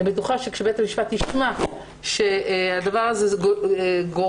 אני בטוחה שכשבית המשפט יישמע שהדבר הזה גורר,